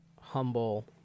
humble